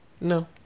No